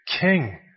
king